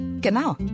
Genau